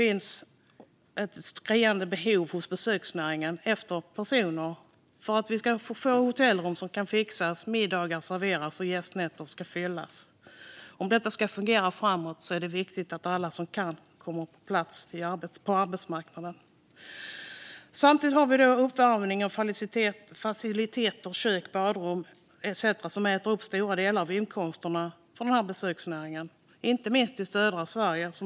Besöksnäringen har ett skriande behov av folk - hotellrum ska fixas, middagar serveras och gästnätter fyllas. Om detta ska fungera framöver är det viktigt att alla som kan kommer på plats på arbetsmarknaden. Samtidigt äter uppvärmning av faciliteter, kök, badrum etcetera upp stora delar av inkomsterna för besöksnäringen, inte minst i södra Sverige.